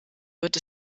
wird